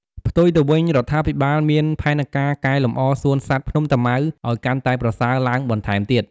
ផ្ទុយទៅវិញ រដ្ឋាភិបាលមានផែនការកែលម្អសួនសត្វភ្នំតាម៉ៅឱ្យកាន់តែប្រសើរឡើងបន្ថែមទៀត។